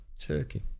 Turkey